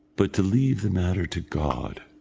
but to leave the matter to god.